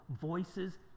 voices